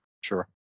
Sure